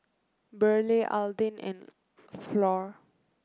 Burleigh Alden and Flor